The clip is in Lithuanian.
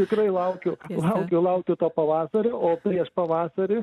tikrai laukiu laukiu laukiu to pavasario o prieš pavasarį